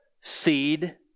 seed